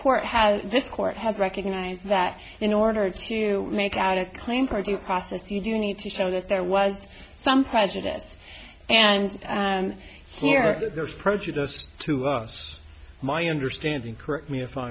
court has this court has recognized that in order to make out a claim party process you do need to show that there was some prejudice and and here there's prejudice to us my understanding correct me if